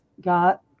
got